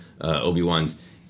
Obi-Wans